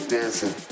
Dancing